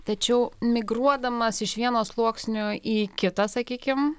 tačiau migruodamas iš vieno sluoksnio į kitą sakykim